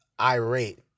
irate